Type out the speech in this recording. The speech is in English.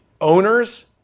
owner's